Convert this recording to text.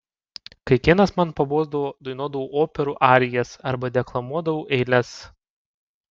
kai kinas man pabosdavo dainuodavau operų arijas arba deklamuodavau eiles